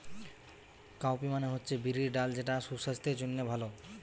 cowpea মানে হচ্ছে বিরির ডাল যেটা সুসাস্থের জন্যে ভালো